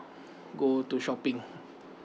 go to shopping